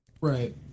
Right